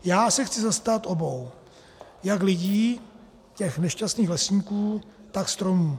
Já se chci zastat obou, jak lidí, těch nešťastných lesníků, tak stromů.